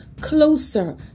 closer